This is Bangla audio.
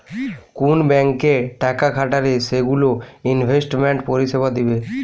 কুন ব্যাংকে টাকা খাটালে সেগুলো ইনভেস্টমেন্ট পরিষেবা দিবে